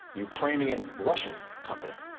ukrainian, russian company.